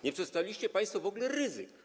Nie przedstawiliście państwo w ogóle ryzyka.